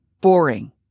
boring